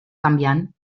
canviant